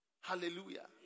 Hallelujah